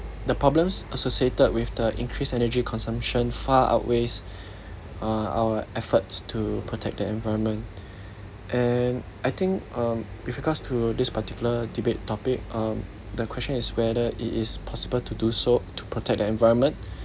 the problems associated with the increased energy consumption far outweighs uh our efforts to protect the environment and I think um with regards to this particular debate topic um the question is whether it is possible to do so to protect the environment